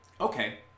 Okay